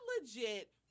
legit